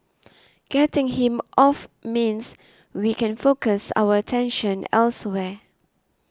getting him off means we can focus our attention elsewhere